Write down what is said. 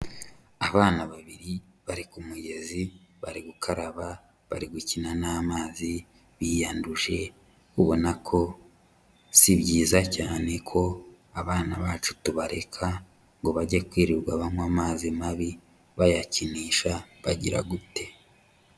Abana babiri bari ku mugezi bari gukaraba, bari gukina n'amazi, biyanduje ubona ko si byiza cyane ko abana bacu tubareka ngo bajye kwirirwa banywa amazi mabi, bayakinisha, bagira gute.